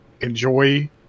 enjoy